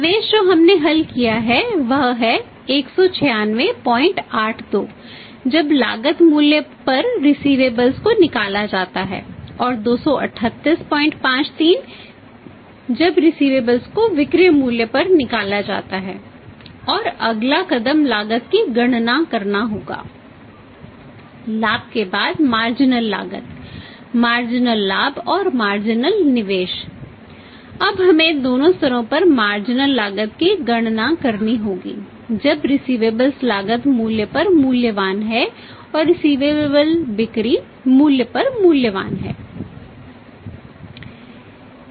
निवेश जो हमने हल किया है वह है 19682 जब लागत मूल्य पर रिसिवेबल्स बिक्री मूल्य पर मूल्यवान हैं